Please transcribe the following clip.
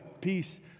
peace